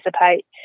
participate